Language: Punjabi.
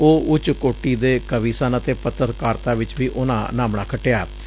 ਉਹ ਉੱਚ ਕੋਟੀ ਦੇ ਕਵੀ ਸਨ ਅਤੇ ਪੱਤਰਕਾਰਤਾ ਵਿਚ ਵੀ ਉਨਾਂ ਨਾਮਣਾ ਖੱਟਿਆਾ